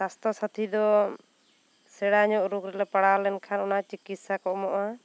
ᱥᱟᱥᱛᱷᱚ ᱥᱟᱹᱛᱷᱤ ᱫᱚ ᱥᱮᱬᱟ ᱧᱚᱜ ᱨᱳᱜᱽ ᱨᱮᱞᱮ ᱯᱟᱲᱟᱣ ᱞᱮᱱ ᱠᱷᱟᱱ ᱚᱱᱟ ᱪᱤᱠᱤᱛᱥᱟ ᱠᱚ ᱮᱢᱚᱜᱼᱟ